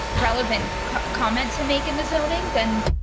relevant comment to make in the zoning, then.